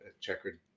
checkered